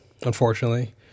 unfortunately